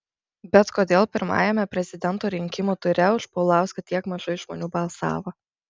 bet kodėl pirmajame prezidento rinkimų ture už paulauską tiek mažai žmonių balsavo